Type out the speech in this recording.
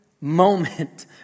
moment